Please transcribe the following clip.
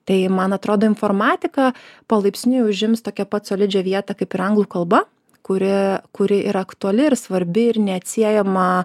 tai man atrodo informatika palaipsniui užims tokią pat solidžią vietą kaip ir anglų kalba kuri kuri ir aktuali ir svarbi ir neatsiejama